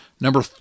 Number